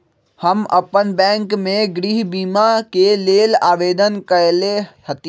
हम अप्पन बैंक में गृह बीमा के लेल आवेदन कएले हति